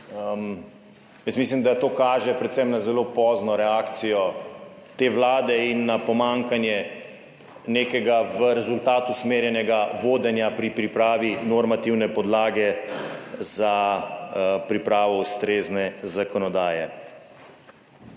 mislim, da to kaže predvsem na zelo pozno reakcijo te Vlade, in na pomanjkanje nekega v rezultat usmerjenega vodenja pri pripravi normativne podlage za pripravo ustrezne zakonodaje.